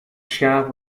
schaar